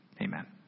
Amen